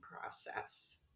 process